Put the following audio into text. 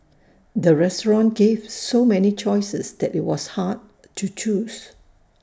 the restaurant gave so many choices that IT was hard to choose